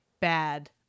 bad